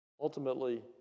Ultimately